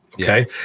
okay